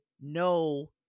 no